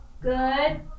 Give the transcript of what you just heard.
good